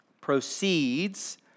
proceeds